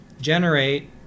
generate